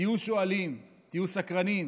תהיו שואלים, תהיו סקרנים,